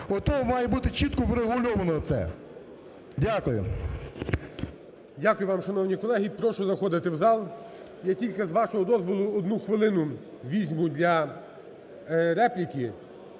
ото має бути чітко врегульовано це. Дякую.